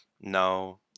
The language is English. No